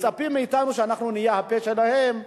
מצפים מאתנו שאנחנו נהיה הפה שלהם.